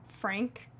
Frank